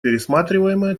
пересматриваемая